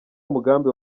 umugambi